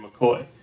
McCoy